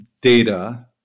data